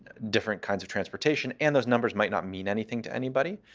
different kinds of transportation, and those numbers might not mean anything to anybody.